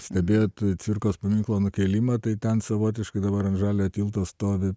stebėt cvirkos paminklo nukėlimą tai ten savotiškai dabar ant žaliojo tilto stovi